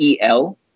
EL